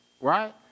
right